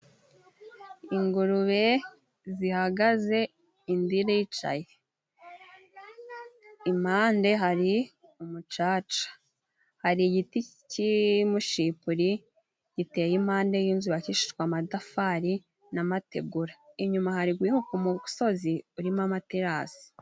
Ingurube zihagaze indi iricaye impande hari umucaca, hari igiti cy'umushipuri giteye impande y'inzu yubakishijwe amatafari na mategura. Inyuma hari guhinguka umusozi urimo amaterasi.